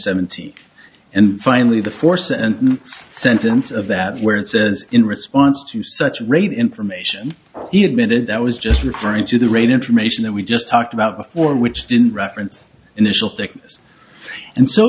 seventy and finally the force and sentence of that where it says in response to such rate information he admitted that was just referring to the rate information that we just talked about before which didn't reference initial